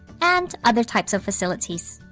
and other types of facilities.